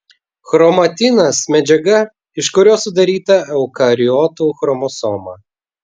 chromatinas medžiaga iš kurios sudaryta eukariotų chromosoma